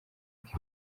ibiri